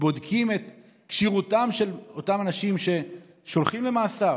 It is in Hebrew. בודקים את כשירותם של אותם אנשים ששולחים למאסר?